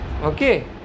Okay